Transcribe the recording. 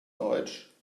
deutsch